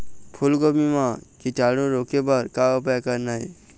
फूलगोभी म कीटाणु रोके बर का उपाय करना ये?